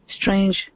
strange